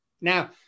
Now